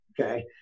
okay